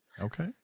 Okay